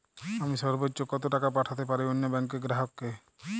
আমি সর্বোচ্চ কতো টাকা পাঠাতে পারি অন্য ব্যাংকের গ্রাহক কে?